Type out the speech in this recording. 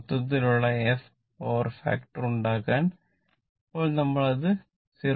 മൊത്തത്തിലുള്ള f power factor ഉണ്ടാക്കാൻ ഇപ്പോൾ നമ്മൾ അത് 0